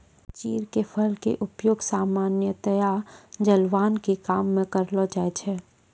चीड़ के फल के उपयोग सामान्यतया जलावन के काम मॅ करलो जाय छै